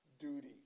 duty